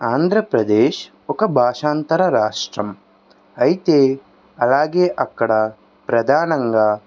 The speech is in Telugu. ఆంధ్రప్రదేశ్ ఒక బాషాంతర రాష్ట్రం అయితే అలాగే అక్కడ ప్రధానంగా